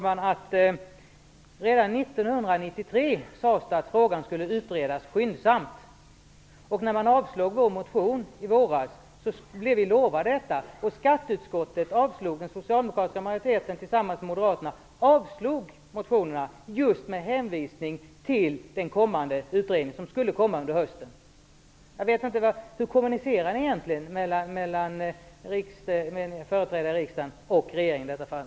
Fru talman! Redan 1993 sades det att frågan skulle utredas skyndsamt. När den socialdemokratiska majoriteten i skatteutskottet tillsammans med moderaterna i våras avstyrkte vår motion blev vi lovade detta. Motionen avstyrktes just med hänvisning till den utredning som skulle bli aktuell under hösten. Hur fungerar egentligen kommunikationen mellan företrädare i riksdagen och regeringen?